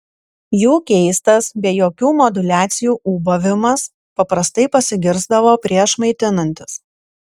jų keistas be jokių moduliacijų ūbavimas paprastai pasigirsdavo prieš maitinantis